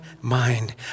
mind